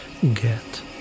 get